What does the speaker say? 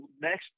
next